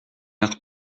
air